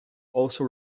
also